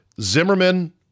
Zimmerman